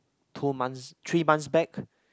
two months three months back